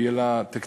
שיהיה לה תקציב,